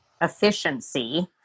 efficiency